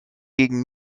gegen